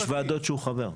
יש ועדות שהוא חבר.